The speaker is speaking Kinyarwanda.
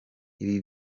ibi